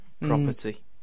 property